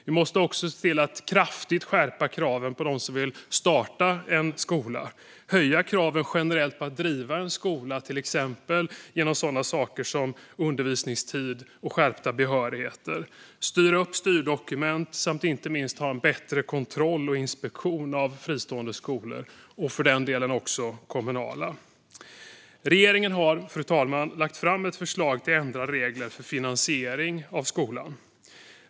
Vi måste också se till att kraftigt skärpa kraven på dem som vill starta en skola, höja kraven generellt för att få driva en skola, till exempel när det gäller saker som undervisningstid och behörigheter, styra upp styrdokument samt, inte minst, ha en bättre kontroll och inspektion av fristående skolor - och för den delen även kommunala. Regeringen har, fru talman, lagt fram förslag till ändrade regler för finansiering av skolan.